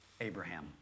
Abraham